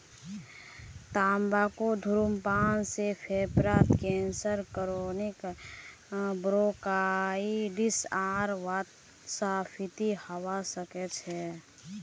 तंबाकू धूम्रपान से फेफड़ार कैंसर क्रोनिक ब्रोंकाइटिस आर वातस्फीति हवा सकती छे